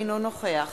אינו נוכח